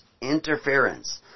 interference